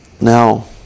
Now